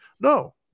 No